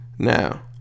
Now